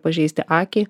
pažeisti akį